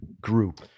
group